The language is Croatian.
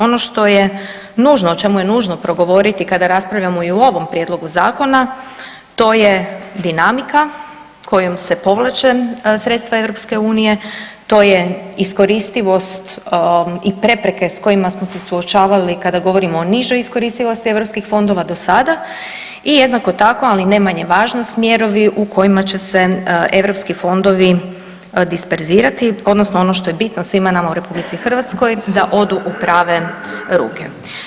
Ono što je nužno, o čemu je nužno progovoriti kada raspravljamo i o ovom prijedlogu zakona to je dinamika kojom se povlače sredstava EU, to je iskoristivost i prepreke s kojima smo se suočavali kada govorimo o nižoj iskoristivosti europskih fondova do sada i jednako tako, ali ne manje važno, smjerovi u kojima će se europski fondovi disperzirati odnosno ono što je bitno svima nama u RH da odu u prave ruke.